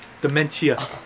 Dementia